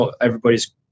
everybody's